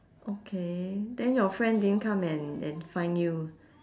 okay then your friend didn't come and and find you